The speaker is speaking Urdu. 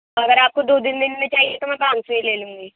اگر آپ کو دو دِن مِلنے چاہیے تو میں پانچ سو ہی لے لوں گی